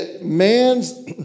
Man's